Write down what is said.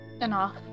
enough